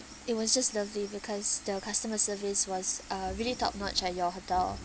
it was just lovely because the customer service was uh really top notch at your hotel